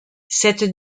cette